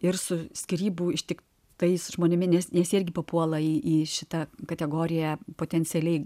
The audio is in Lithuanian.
ir su skyrybų ištiktais žmonėmis nes irgi papuola į šitą kategoriją potencialiai